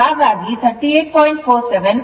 ಹಾಗಾಗಿ 38